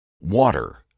Water